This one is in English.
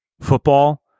football